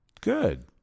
Good